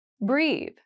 Breathe